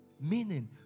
meaning